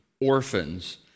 orphans